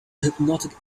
hypnotic